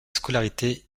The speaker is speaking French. scolarité